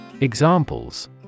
Examples